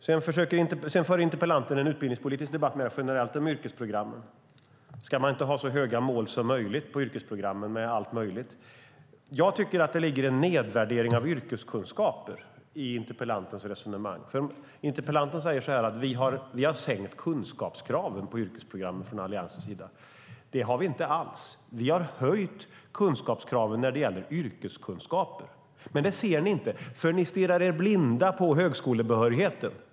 Sedan för interpellanten en mer generell utbildningspolitisk debatt om yrkesprogrammen och frågar om man inte ska ha så höga mål som möjligt på yrkesprogrammen. Jag tycker att det ligger en nedvärdering av yrkeskunskaper i interpellantens resonemang. Interpellanten säger att vi från Alliansens sida sänkt kunskapskraven på yrkesprogrammen. Det har vi inte alls gjort. Vi har höjt kunskapskraven när det gäller yrkeskunskaper, men det ser ni inom Socialdemokraterna inte, för ni stirrar er blinda på högskolebehörigheten.